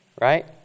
right